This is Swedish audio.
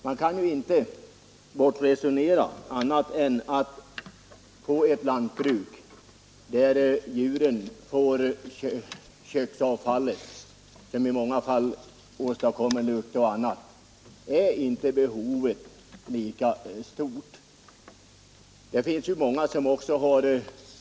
Man kan inte bortresonera att på ett lantbruk där djuren får köksavfallet, som annars vid lagring kan åstadkomma dålig lukt, är inte behovet av sophämtning lika stort.